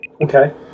Okay